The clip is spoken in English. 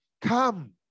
come